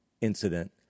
incident